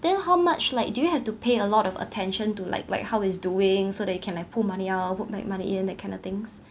then how much like do you have to pay a lot of attention to like like how is doing so that you can like pull money out put back money in that kind of things